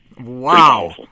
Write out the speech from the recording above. Wow